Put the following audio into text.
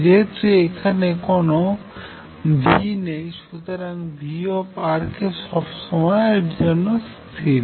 যেহেতু এখানে কোন V নেই সুতরাং V সবসময়ের জন্য স্থির